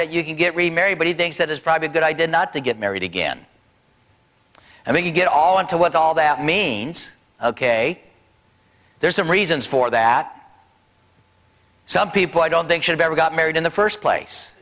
that you can get remarried but he thinks that is private good idea not to get married again and when you get all into what all that means ok there's some reasons for that some people i don't think should ever got married in the first place